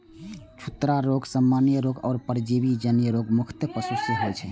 छूतहा रोग, सामान्य रोग आ परजीवी जन्य रोग मुख्यतः पशु मे होइ छै